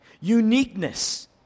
uniqueness